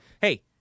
Hey